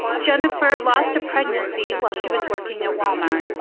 jennifer lost a pregnancy while she was working at walmart.